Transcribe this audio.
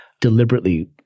deliberately